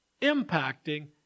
impacting